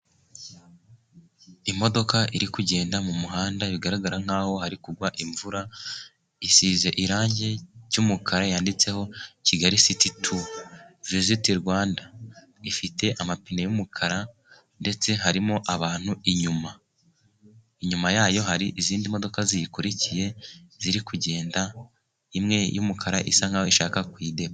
Imodoka iri kugenda mu muhanda bigaragara nk'aho hari kugwa imvura. Isize irangi ry'umukara, yanditseho Kigali siiti tuwa viziti Rwanda. Ifite amapine y'umukara ndetse harimo abantu. Inyuma yayo hari izindi modoka ziyikurikiye, ziri kugenda. Imwe y'umukara isa nk'aho ishaka kuyidepa.